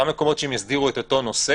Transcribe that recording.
באותם מקומות שהם יסדירו את אותו נושא,